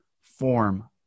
form